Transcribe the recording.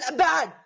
bad